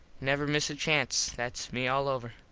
never miss a chance. thats me all over.